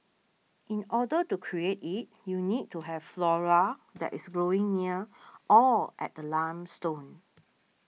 in order to create it you need to have flora that is growing near or at the limestone